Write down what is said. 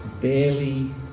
barely